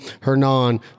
Hernan